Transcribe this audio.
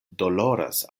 doloras